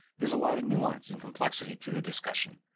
there's a lot of nuance and complexity to the discussion,